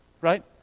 Right